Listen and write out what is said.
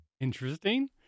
Interesting